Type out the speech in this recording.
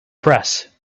press